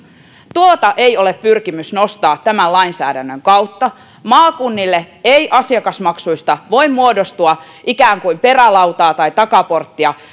ei ole pyrkimys nostaa tämän lainsäädännön kautta maakunnille ei asiakasmaksuista voi muodostua ikään kuin perälautaa tai takaporttia